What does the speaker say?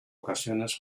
ocasiones